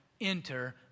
enter